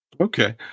Okay